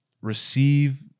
receive